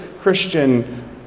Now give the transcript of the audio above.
Christian